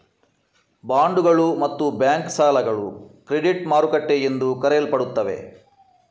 ಬಾಂಡುಗಳು ಮತ್ತು ಬ್ಯಾಂಕ್ ಸಾಲಗಳು ಕ್ರೆಡಿಟ್ ಮಾರುಕಟ್ಟೆ ಎಂದು ಕರೆಯಲ್ಪಡುತ್ತವೆ